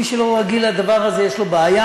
מי שלא רגיל לדבר הזה יש לו בעיה.